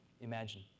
imagine